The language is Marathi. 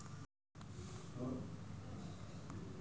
माझे कर्ज भरण्याची तारीख होऊन गेल्यास मी नंतर पैसे भरू शकतो का?